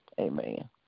Amen